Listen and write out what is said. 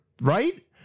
right